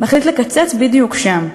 מחליטה לקצץ בדיוק שם.